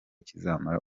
kizamara